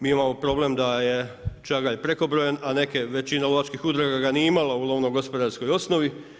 Mi imamo problem da je čagalj prekobrojan, a neke veće lovačke udruge ga nije imalo u lovnogospodarskoj osnovi.